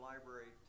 Library